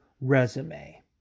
resume